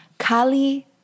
Kali